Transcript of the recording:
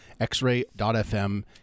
xray.fm